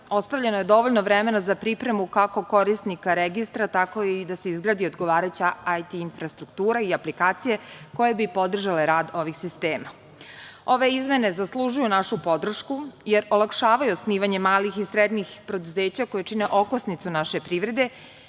ostavljeno je dovoljno vremena za pripremu kako korisnika registra, tako i da se izgradi odgovarajuća IT infrastruktura i aplikacije koje bi podržale rad ovih sistema. Ove izmene zaslužuju našu podršku jer olakšavaju osnivanje malih i srednjih preduzeća koje čine okosnicu naše privrede,